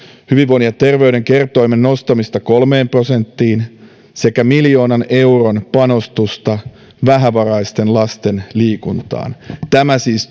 hyvinvoinnin ja terveyden kertoimen nostamista kolmeen prosenttiin sekä miljoonan euron panostusta vähävaraisten lasten liikuntaan tämä siis